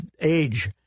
age